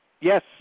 Yes